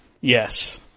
Yes